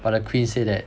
but the Queen said that